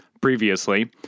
Previously